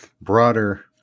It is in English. broader